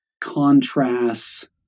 contrasts